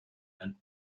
and